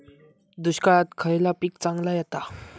दुष्काळात खयला पीक चांगला येता?